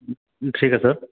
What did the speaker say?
ठीक ऐ सर